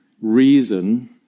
reason